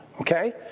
Okay